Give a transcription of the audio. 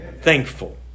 Thankful